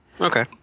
Okay